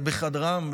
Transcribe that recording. בחדרם,